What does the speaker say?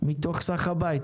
מתוך סך הבית.